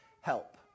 help